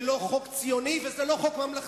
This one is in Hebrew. זה לא חוק ציוני וזה לא חוק ממלכתי.